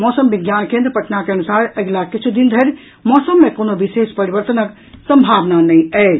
मौसम विज्ञान केन्द्र पटना के अनुसार अगिला किछु दिन धरि मौसम मे कोनो विशेष परिवर्तनक संभावना नहि अछि